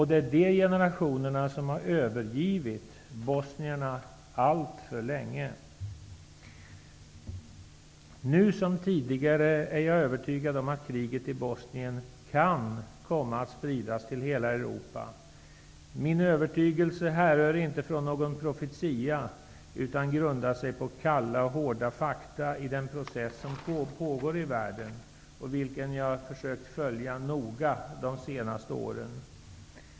Det är dessa generationer som alltför länge har övergivit bosnierna. Nu, liksom tidigare, är jag övertygad om att kriget i Bosnien kan komma att spridas till hela Europa. Min övertygelse härrör inte från någon profetia, utan den grundar sig på kalla, hårda fakta i den process som pågår i världen, vilken jag har försökt att noga följa under de senaste åren.